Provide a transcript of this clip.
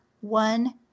one